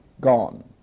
gone